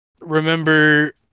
remember